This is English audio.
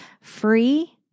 free